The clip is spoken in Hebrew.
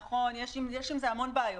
נכון, יש עם זה המון בעיות,